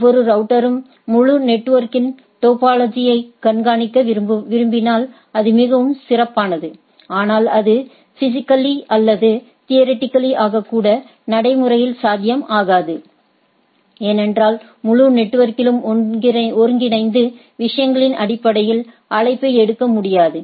ஒவ்வொரு ரவுட்டரும் முழு நெட்வொர்க் டோபாலஜியை கண்காணிக்க விரும்பினால் அது மிகவும் சிறப்பானது ஆனால் அது பிசிக்கலி அல்லது தியரிடிக்கலி ஆக கூட நடைமுறையில் சாத்தியம் ஆகாது ஏனென்றால் முழு நெட்வொர்க்கிலும் ஒன்றிணைந்து விஷயங்களின் அடிப்படையில் அழைப்பை எடுக்க முடியாது